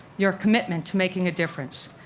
your commitment to making a difference.